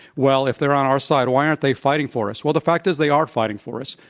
well, if they're on our side, why aren't they fighting for us? well, the fact is they are fighting for us.